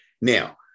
Now